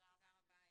תודה רבה.